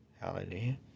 Hallelujah